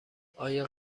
آیای